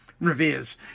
Revere's